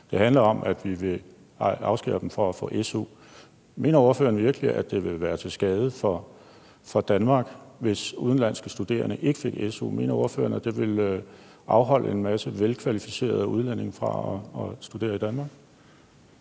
Det handler om, at vi vil afskære dem fra at få su. Mener ordføreren virkelig, at det ville være til skade for Danmark, hvis udenlandske studerende ikke fik su? Mener ordføreren, at det ville afholde en masse velkvalificerede udlændinge fra at studere i Danmark?